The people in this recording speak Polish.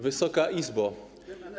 Wysoka Izbo!